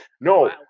no